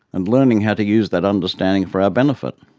and learning how to use that understanding for our benefit.